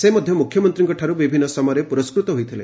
ସେ ମଧ୍ଧ ମୁଖ୍ୟମନ୍ତୀଙ୍କଠାରୁ ବିଭିନ୍ନ ସମୟରେ ପୁରସ୍କୃତ ହୋଇଥିଲେ